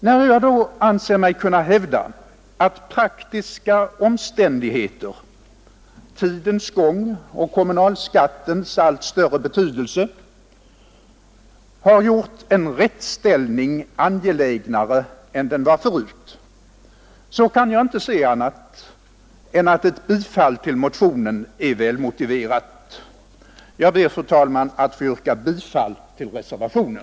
När jag då anser mig kunna hävda att praktiska omständigheter, tidens gång och kommunalskattens allt större betydelse har gjort en rättställning angelägnare än den var förut, kan jag inte se annat än att ett bifall till motionen är välmotiverat. Jag ber, fru talman, att få yrka bifall till reservationen.